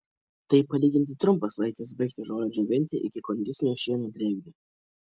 tai palyginti trumpas laikas baigti žolę džiovinti iki kondicinio šieno drėgnio